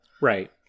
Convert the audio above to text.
Right